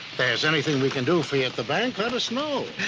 there's anything we can do for you at the bank, let us know.